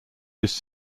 his